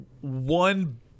one